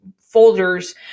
folders